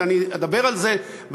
ואני אדבר על זה בהמשך,